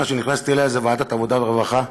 שנכנסתי אליה היא ועדת העבודה והרווחה,